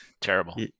terrible